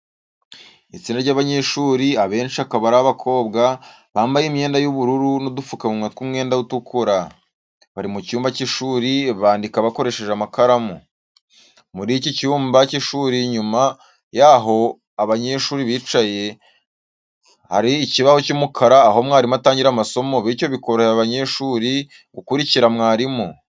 Itsinda ry'abanyeshuri abenshi akaba ari abakobwa, bambaye imyenda y'ubururu n'udupfukamunwa tw'umwenda utukura. Bari mu cyumba cy'ishuri bandika bakoresheje amakaramu. Muri iki cyumba cy'ishuri inyuma yaho abanyeshuri bicaye, hari ikibaho cy'umukara aho mwarimu atangira amasomo, bityo bikorohera abanyeshuri gukurikira mwarimu.